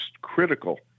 critical